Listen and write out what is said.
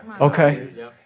Okay